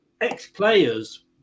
ex-players